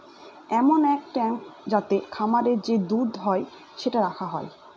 এমন এক ট্যাঙ্ক যাতে খামারে যে দুধ হয় সেটা রাখা যায়